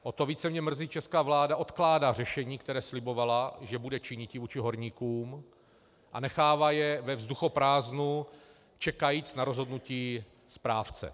O to více mě mrzí, že česká vláda odkládá řešení, které slibovala, že bude činit vůči horníkům, a nechává je ve vzduchoprázdnu, čekajíc na rozhodnutí správce.